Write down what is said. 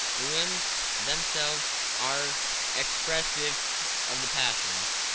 the limbs themselves are expressive of the passions.